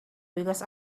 because